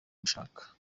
mushaka